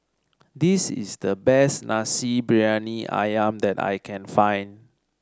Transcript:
this is the best Nasi Briyani ayam that I can find